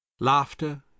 Laughter